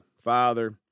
Father